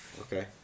okay